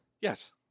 Yes